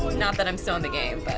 not that i'm still in the game,